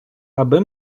аби